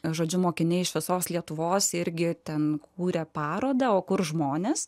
žodžiu mokiniai iš visos lietuvos irgi ten kūrė parodą o kur žmonės